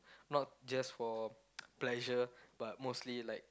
not just for pleasure but mostly like